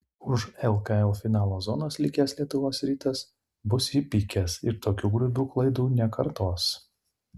už lkl finalo zonos likęs lietuvos rytas bus įpykęs ir tokių grubių klaidų nekartos